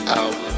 out